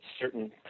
certain